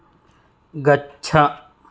गच्छ